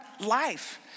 life